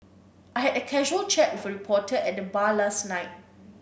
I had a casual chat with a reporter at the bar last night